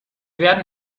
werden